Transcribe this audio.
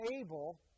able